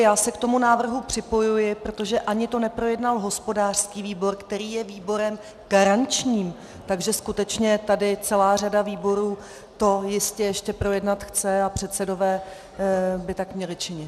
Já se k tomu návrhu připojuji, protože to neprojednal ani hospodářský výbor, který je výborem garančním, takže skutečně tady celá řada výborů to jistě ještě projednat chce a předsedové by tak měli učinit.